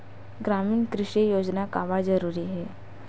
ग्रामीण कृषि योजना काबर जरूरी हे?